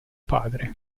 padre